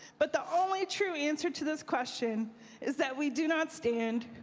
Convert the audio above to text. but the only true answer to this question is that we do not stand.